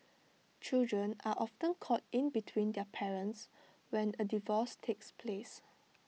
children are often caught in between their parents when A divorce takes place